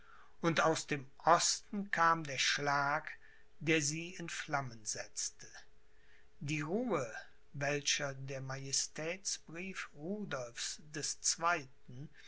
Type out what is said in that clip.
und aus osten kam der schlag der sie in flammen setzte die ruhe welche der majestätsbrief rudolphs des zweiten